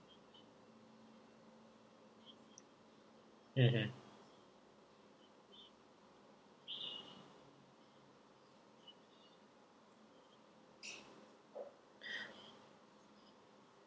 mmhmm